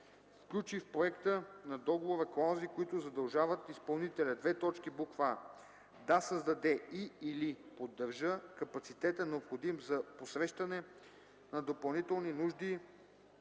включи в проекта на договора клаузи, които задължават изпълнителя: а) да създаде и/или поддържа капацитета, необходим за посрещане на допълнителни нужди,